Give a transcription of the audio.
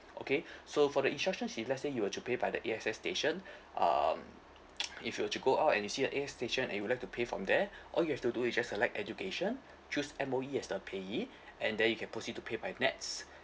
okay so for the instruction if let's say you were to pay by the A_X_S station um if you were to go out and you see a A_X_S station and you would like to pay from there all you have to do is just select education choose M_O_E as the payee and there you can proceed to pay by NETS